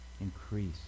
increase